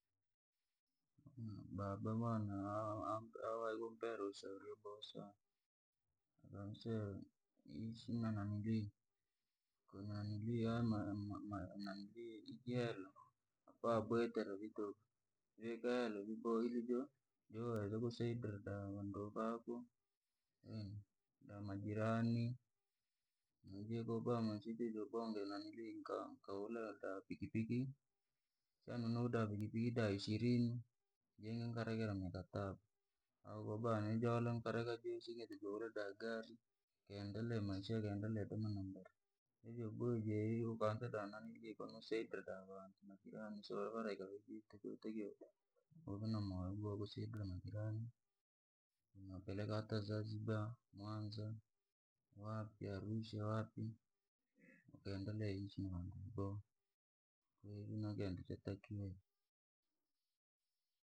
Baba mwana a- ampe alumpera ushauri bosa, amsele, msina nanili nanili digyeru vabwetero ligoda, vikalo ilibo iligo yua iligoseyi brada ndokagu, wa majirani, mugikogwama sikilo gwama nanili nkakaula ga pikipiki, shanunu da pikipiki da ishirini, yeng'angarika na mikataba. Au baba anijangarika jinshi adejoura da gari, gendele mache, gendele gumanamba, hivyo gu jehiyo vwanza da nanilye da sekerwatalanzu inapi na msovela ikahagi takyu takyu ikanamuhagi takyu shida na majirani, unapeleka hata zanziba, mwanza, wapi arusha, wapi, ugendele inchi nangungo, ugendi chatakiwe.